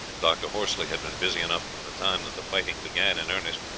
dr. horsley had been busy enough from the time that the fighting began in earnest.